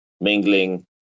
mingling